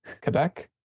Quebec